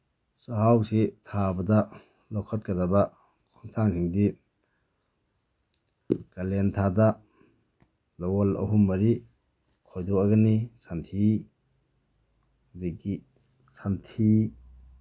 ꯆꯥꯛꯍꯥꯎꯁꯤ ꯊꯥꯕꯗ ꯂꯧꯈꯠꯀꯗꯕ ꯈꯣꯡꯊꯥꯡꯁꯤꯡꯗꯤ ꯀꯥꯂꯦꯟ ꯊꯥꯗ ꯂꯧꯍꯣꯜ ꯑꯃ ꯑꯅꯤ ꯈꯣꯏꯗꯣꯛꯍꯟꯂꯅꯤ ꯁꯟꯊꯤ ꯑꯗꯒꯤ ꯁꯟꯊꯤ